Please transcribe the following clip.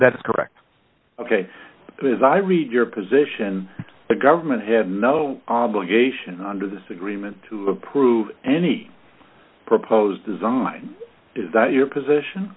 that's correct ok as i read your position the government had no obligation under this agreement to approve any proposed design is that your position